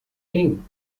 king